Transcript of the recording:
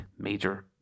major